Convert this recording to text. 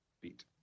beat